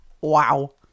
Wow